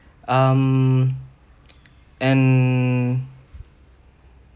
um and